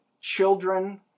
children